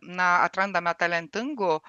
na atrandame talentingų